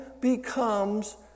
becomes